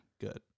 good